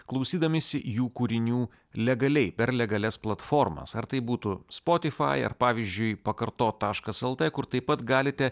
klausydamiesi jų kūrinių legaliai per legalias platformas ar tai būtų spotify ar pavyzdžiui pakartot taškas lt kur taip pat galite